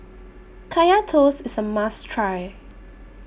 Kaya Toast IS A must Try